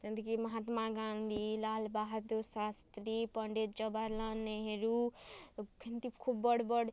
ଯେମିତି କି ମହାତ୍ମା ଗାନ୍ଧୀ ଲାଲ ବହାଦୁର୍ ଶାସ୍ତ୍ରୀ ପଣ୍ଡିତ ଜବାହର ଲାଲ ନେହେରୁ ଏମିତି ଖୁବ ବଡ଼୍ ବଡ଼୍